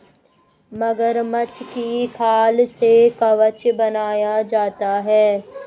मगरमच्छ की खाल से कवच बनाया जाता है